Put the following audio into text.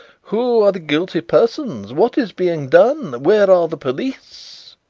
who are the guilty persons? what is being done? where are the police?